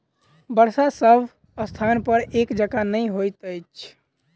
वर्षा सभ स्थानपर एक जकाँ नहि होइत अछि